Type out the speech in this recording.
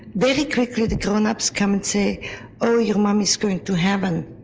very quickly the grownups come and say oh, your mummy is going to heaven.